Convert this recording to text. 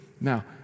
Now